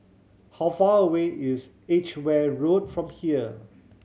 how far away is Edgeware Road from here